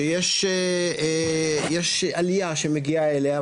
שיש עלייה שמגיעה אליה,